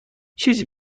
چیزی